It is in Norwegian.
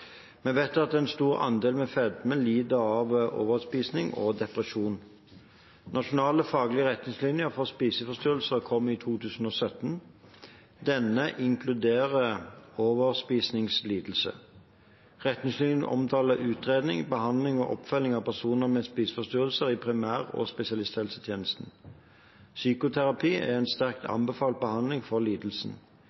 Vi vet at en stor andel med fedme lider av overspising og depresjon. Nasjonal faglig retningslinje for spiseforstyrrelser kom i 2017. Denne inkluderer overspisingslidelse. Retningslinjen omtaler utredning, behandling og oppfølging av personer med spiseforstyrrelser i primær- og spesialisthelsetjenesten. Psykoterapi er en sterkt